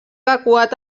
evacuat